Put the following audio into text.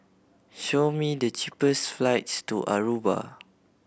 show me the cheapest flights to Aruba